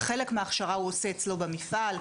חלק מההכשרה הוא עושה אצלו במפעל,